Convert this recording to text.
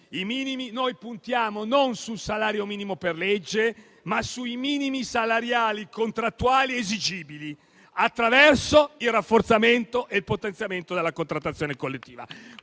Non puntiamo sul salario minimo per legge, ma sui minimi salariali contrattuali esigibili, attraverso il rafforzamento e il potenziamento della contrattazione collettiva.